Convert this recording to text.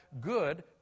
good